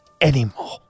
anymore